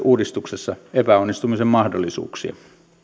uudistuksessa myös epäonnistumisen mahdollisuuksia